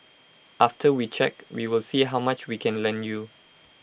after we check we will see how much we can lend you